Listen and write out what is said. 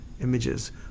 images